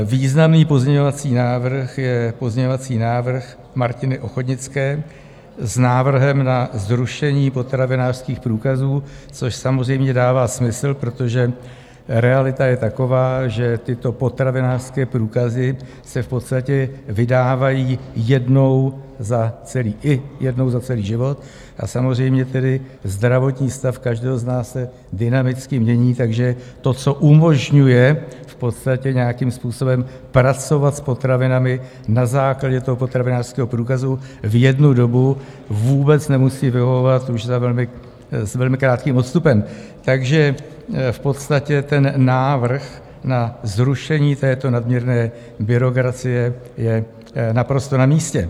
Významný pozměňovací návrh je pozměňovací návrh Martiny Ochodnické s návrhem na zrušení potravinářských průkazů, což samozřejmě dává smysl, protože realita je taková, že tyto potravinářské průkazy se v podstatě vydávají i jednou za celý život, a samozřejmě zdravotní stav každého z nás se dynamicky mění, takže to, co umožňuje v podstatě nějakým způsobem pracovat s potravinami na základě toho potravinářského průkazu v jednu dobu, vůbec nemusí vyhovovat už s velmi krátkým odstupem, takže v podstatě návrh na zrušení této nadměrné byrokracie je naprosto namístě.